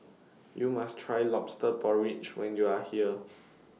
YOU must Try Lobster Porridge when YOU Are here